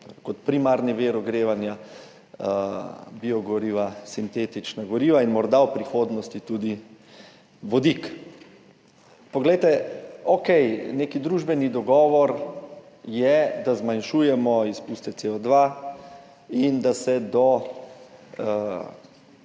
kot primarni vir ogrevanja biogoriva, sintetična goriva in morda v prihodnosti tudi vodik. Okej, nek družbeni dogovor je, da zmanjšujemo izpuste CO2 in da se do